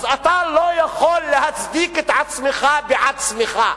אז אתה לא יכול להצדיק את עצמך בעצמך.